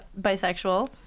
bisexual